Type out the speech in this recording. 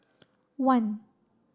one